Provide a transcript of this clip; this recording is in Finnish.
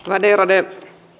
värderade